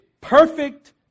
perfect